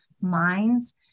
minds